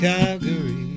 Calgary